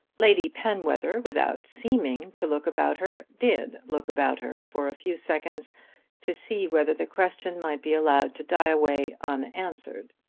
lady penwether, without seeming to look about her, did look about her for a few seconds to see whether the question might be allowed to die away unanswered.